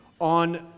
on